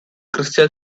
crystal